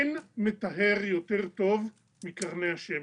אין מטהר יותר טוב מקרני השמש.